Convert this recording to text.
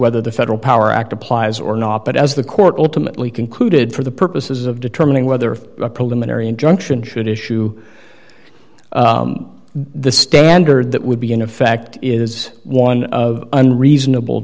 whether the federal power act applies or not but as the court ultimately concluded for the purposes of determining whether a preliminary injunction should issue the standard that would be in effect is one of unreasonable